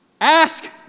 Ask